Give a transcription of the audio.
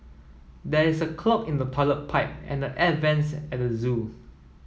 there is a clog in the toilet pipe and air vents at zoo